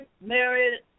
married